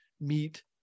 meet